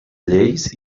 lleis